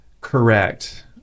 correct